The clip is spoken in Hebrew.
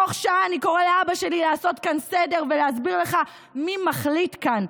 תוך שעה אני קורא לאבא שלי לעשות כאן סדר ולהסביר לך מי מחליט כאן.